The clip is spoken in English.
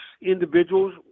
individuals